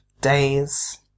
days